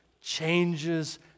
changes